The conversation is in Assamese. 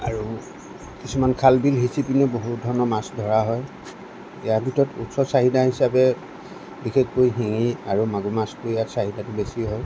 আৰু কিছুমান খাল বিল সিঁচি পেনিও বহুত ধৰণৰ মাছ ধৰা হয় ইয়াৰ ভিতৰত মাছৰ চাহিদা হিচাপে বিশেষকৈ শিঙি আৰু মাগুৰ মাছটো ইয়াৰ চাহিদাটো বেছি হয়